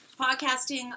podcasting